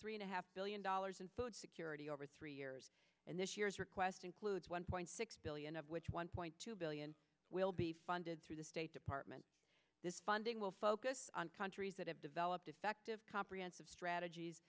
three and a half billion dollars in food security over three years and this year's request includes one point six billion of which one point two billion will be funded through the state department this funding will focus on countries that have developed effective comprehensive strategies